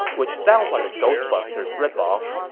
which sounds like a ghostbusters ripoff.